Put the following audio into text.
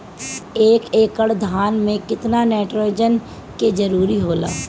एक एकड़ धान मे केतना नाइट्रोजन के जरूरी होला?